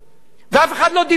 ואף אחד לא דיבר כלום,